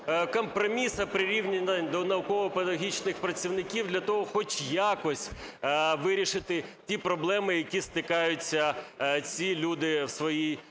компромісу, прирівняний до науково-педагогічних працівників, для того, хоч якось вирішити ті проблеми, з якими стикаються ці люді в своїй